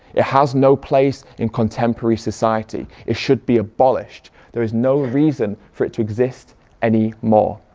it has no place in contemporary society, it should be abolished. there is no reason for it to exist any more.